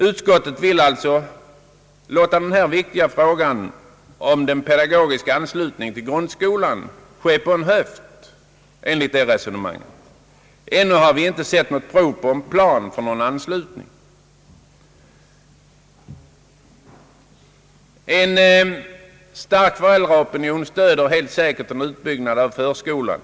Ut skottet vill alltså låta denna viktiga fråga om den pedagogiska anslutningen till grundskolan ske på en höft, enligt detta resonemang. Ännu har vi inte sett något prov på en plan för anslutning. En stark föräldraopinion stöder helt säkert en utbyggnad av förskolan.